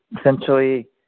essentially